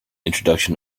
introduction